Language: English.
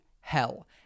hell